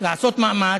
לעשות מאמץ,